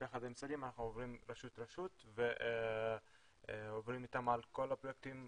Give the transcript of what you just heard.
יחד עם סלימה אנחנו עוברים רשות רשות ועוברים איתם על כל הפלטים,